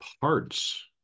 parts